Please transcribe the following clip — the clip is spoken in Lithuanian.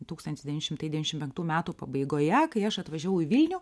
tūkstantis devyni šimtai devyniasdešimt penktų metų pabaigoje kai aš atvažiavau į vilnių